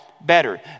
better